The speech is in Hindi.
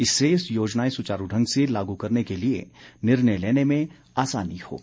इससे योजनाएं सुचारू ढंग से लागू करने के लिए निर्णय लेने में आसानी होगी